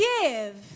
give